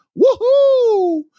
woohoo